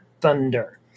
Thunder